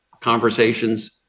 conversations